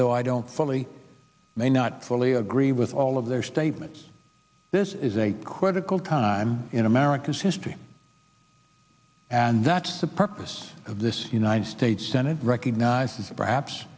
though i don't fully may not fully agree with all of their statements this is a critical time in america's history and that's the purpose of this united states senate recognizing perhaps